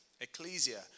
ecclesia